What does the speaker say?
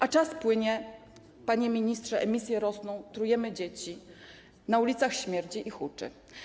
A czas płynie, panie ministrze, emisje rosną, trujemy dzieci, na ulicach śmierdzi i huczy.